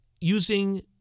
using